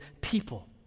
people